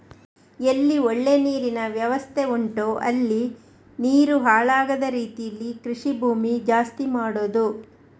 ಎಲ್ಲಿ ಒಳ್ಳೆ ನೀರಿನ ವ್ಯವಸ್ಥೆ ಉಂಟೋ ಅಲ್ಲಿ ನೀರು ಹಾಳಾಗದ ರೀತೀಲಿ ಕೃಷಿ ಭೂಮಿ ಜಾಸ್ತಿ ಮಾಡುದು